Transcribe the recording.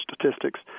Statistics